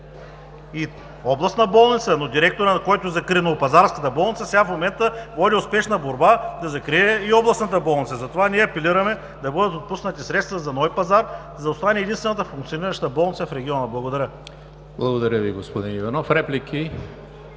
Областна болница е, но директорът, който закри новопазарската болница, сега в момента води успешна борба да закрие и Областната болница. Затова ние апелираме да бъдат отпуснати средства за Нови пазар, за да остане единствената функционираща болница в региона. Благодаря. ПРЕДСЕДАТЕЛ ЕМИЛ ХРИСТОВ: Благодаря Ви, господин Иванов. Реплики?